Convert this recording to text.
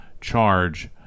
charge